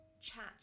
chat